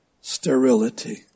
sterility